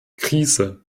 krise